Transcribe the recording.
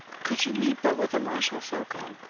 could you meet but with a martial phoca,